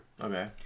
Okay